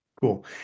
Cool